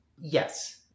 Yes